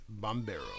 Bombero